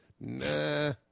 Nah